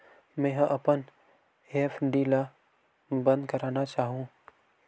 मेंहा अपन एफ.डी ला बंद करना चाहहु